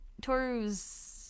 Toru's